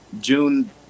June